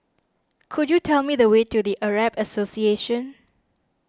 could you tell me the way to the Arab Association